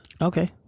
Okay